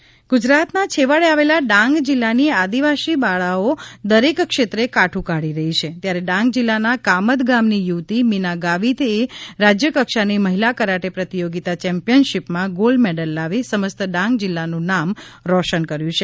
Dang karate gold medal ગુજરાતના છેવાડે આવેલા ડાંગ જિલ્લાની આદિવાસી બાળાઓ દરેક ક્ષેત્રે કાઠ઼ કાઢી રહી છે ત્યારે ડાંગ જિલ્લાના કામદ ગામની યુવતી મીના ગાવિત એ રાજ્ય કક્ષાની મહિલા કરાટે પ્રતિયોગિતા ચેમ્પિઅનશિપમાં ગોલ્ડ મેડલ લાવી સમસ્ત ડાંગ જિલ્લાનું નામ રોશન કર્યું છે